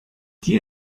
die